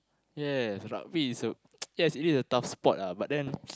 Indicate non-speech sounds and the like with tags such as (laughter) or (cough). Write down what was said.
yes rugby is a (noise) yes it is a tough sports ah but then (noise)